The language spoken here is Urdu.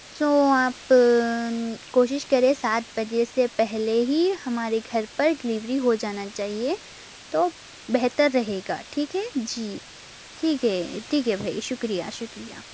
سو آپ کوشش کرے سات بجے سے پہلے ہی ہمارے گھر پر ڈلیوری ہو جانا چاہیے تو بہتر رہے گا ٹھیک ہے جی ٹھیک ہے ٹھیک ہے بھائی شکریہ شکریہ